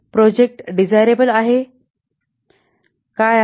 project desirable काय आहे